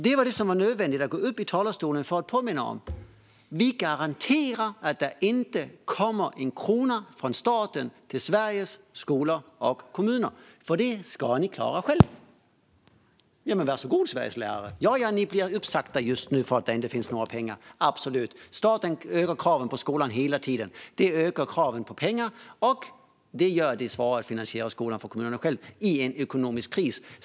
Det var detta som det var nödvändigt att påminna om från talarstolen: "Vi garanterar att det inte kommer en krona från staten till Sveriges skolor och kommuner, för det ska de klara själva." Var så goda, Sveriges lärare! Ni blir uppsagda nu, för det finns inga pengar! Staten ökar kraven på skolan hela tiden. Detta ökar kraven på pengar, vilket i sin tur gör det svårare för kommunerna att finansiera skolan i en ekonomisk kris.